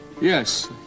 Yes